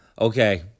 Okay